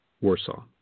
Warsaw